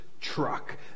truck